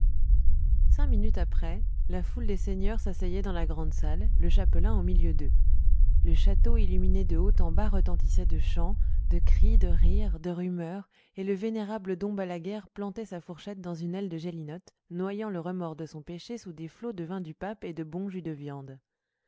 cinq minutes après la foule des seigneurs s'asseyait dans la grande salle le chapelain au milieu d'eux le château illuminé de haut en bas retentissait de chants de cris de rires de rumeurs et le vénérable dom balaguère plantait sa fourchette dans une aile de gelinotte noyant le remords de son péché sous des flots de vin du pape et de bons jus de viandes